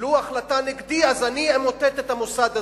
קיבלו החלטה נגדי, אז אני אמוטט את המוסד הזה.